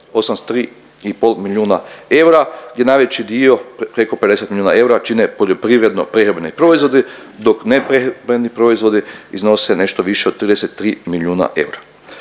pol milijuna eura gdje najveći dio preko 50 milijuna eura čine poljoprivredno prehrambeni proizvodi dok neprehrambeni proizvodi iznose nešto više od 33 milijuna eura.